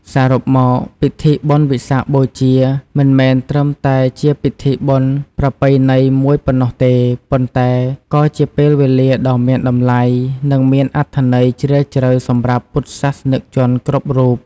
សរុបមក ពិធីបុណ្យវិសាខបូជា មិនមែនត្រឹមតែជាពិធីបុណ្យប្រពៃណីមួយប៉ុណ្ណោះទេ ប៉ុន្តែក៏ជាពេលវេលាដ៏មានតម្លៃ និងមានអត្ថន័យជ្រាលជ្រៅសម្រាប់ពុទ្ធសាសនិកជនគ្រប់រូប។